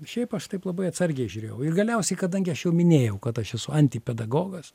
šiaip aš taip labai atsargiai žiūrėjau ir galiausiai kadangi aš jau minėjau kad aš esu antipedagogas